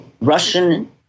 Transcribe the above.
Russian